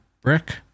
brick